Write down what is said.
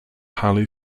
highly